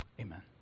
Amen